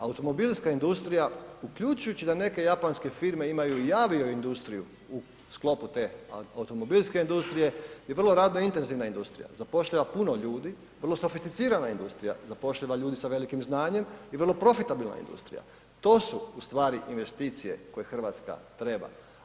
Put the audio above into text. Automobilska industrija uključujući da neke japanske firme imaju i avioindustriju u sklopu te automobilske industrije je vrlo radno intenzivna industrija, zapošljava puno ljudi, vrlo sofisticirana industrija, zapošljava ljude sa velikim znanjem i vrlo profitabilna industrija, to su ustvari investicije koje Hrvatska treba.